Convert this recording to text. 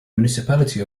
municipality